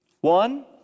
One